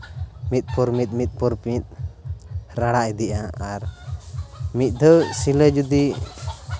ᱢᱤᱫ ᱯᱚᱨ ᱢᱤᱫ ᱢᱤᱫ ᱯᱚᱨ ᱢᱤᱫ ᱨᱟᱲᱟ ᱤᱫᱤᱜᱼᱟ ᱟᱨ ᱢᱤᱫ ᱫᱷᱟᱹᱣ ᱥᱤᱞᱟᱹᱭ ᱡᱩᱫᱤ